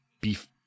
beef